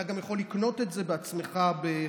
אתה גם יכול לקנות את זה בעצמך בחנות.